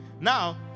Now